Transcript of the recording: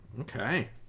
Okay